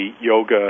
yoga